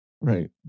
Right